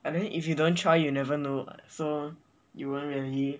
but then if you don't try you never know so you won't really